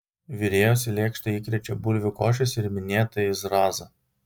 virėjos į lėkštę įkrečia bulvių košės ir minėtąjį zrazą